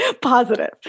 positive